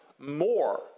more